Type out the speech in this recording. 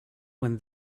when